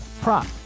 prop